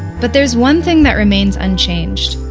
but there's one thing that remains unchanged.